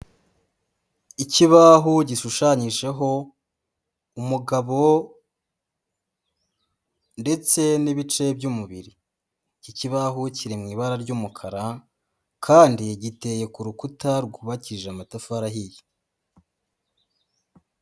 Ikibaho gishushanyijeho umugabo ndetse n'ibice by'umubiri. Iki kibaho kiri mu ibara ry'umukara kandi giteye ku rukuta rwubakije amatafari ahiye.